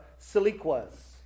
siliquas